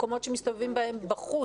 מקומות שמסתובבים בהם בחוץ,